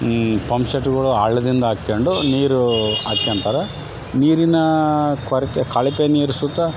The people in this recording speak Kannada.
ಈ ಪಂಪ್ಸೆಟ್ಗಳು ಹಳ್ದಿಂದ ಹಾಕ್ಯಂಡು ನೀರು ಹಾಕ್ಯಂತರ ನೀರಿನ ಕೊರತೆ ಕಳಪೆ ನೀರು ಸುತ್ತ